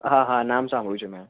હા હા નામ સાંભળ્યું છે મેં